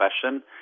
question